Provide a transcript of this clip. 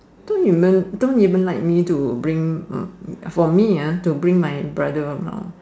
don't even don't even like me to bring for me ah to bring my brother around